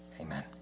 Amen